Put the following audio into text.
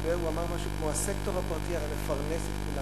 הוא אמר משהו כמו: הסקטור הפרטי הרי מפרנס את כולם,